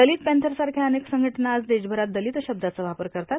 दलित पँथरसारख्या अनेक संघटना आज देशभरात दलित शब्दाचा वापर करतात